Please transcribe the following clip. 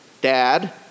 Dad